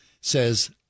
says